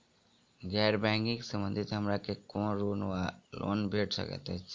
गैर बैंकिंग संबंधित हमरा केँ कुन ऋण वा लोन भेट सकैत अछि?